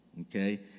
okay